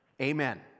Amen